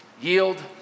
Yield